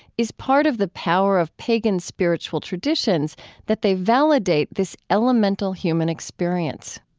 is part of the power of pagan spiritual traditions that they validate this elemental human experience?